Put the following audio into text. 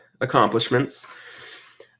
accomplishments